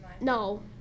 No